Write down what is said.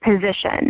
position